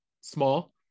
small